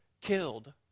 killed